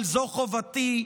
אבל זו חובתי,